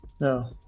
No